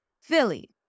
Philly